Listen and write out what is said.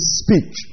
speech